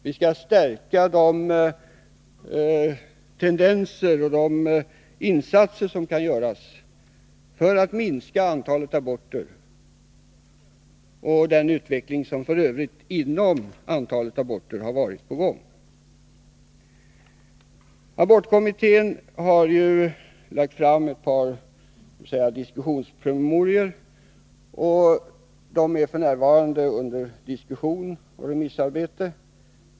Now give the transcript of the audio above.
Vi skall stärka de insatser som kan göras för att minska antalet aborter och motarbeta den utveckling som tidigare varit på gång. Abortkommittén har lagt fram ett par diskussionspromemorior som f. n. är föremål för remissarbete.